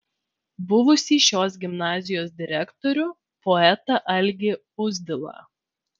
buvusį šios gimnazijos direktorių poetą algį uzdilą